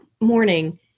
morning